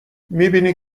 میبینی